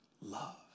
love